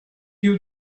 you